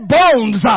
bones